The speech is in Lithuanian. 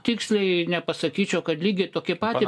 tiksliai nepasakyčiau kad lygiai tokį patį